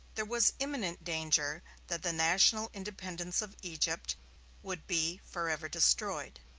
there was imminent danger that the national independence of egypt would be forever destroyed.